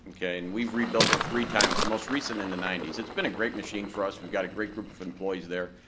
okay, and we've rebuilt it three times, the most recent in the ninety s. it's been a great machine for us, we've got a great group of employees there,